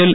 L